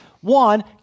One